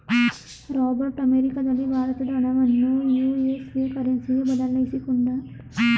Robert ಅಮೆರಿಕದಲ್ಲಿ ಭಾರತದ ಹಣವನ್ನು ಯು.ಎಸ್.ಎ ಕರೆನ್ಸಿಗೆ ಬದಲಾಯಿಸಿಕೊಂಡ